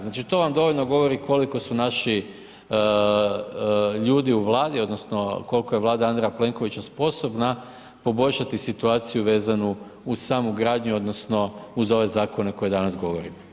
Znači to vam dovoljno govori koliko su naši ljudi u Vladi, odnosno koliko je Vlada Andreja Plenkovića sposobna poboljšati situaciju vezanu uz samu gradnju odnosno uz ove zakone o kojima danas govorimo.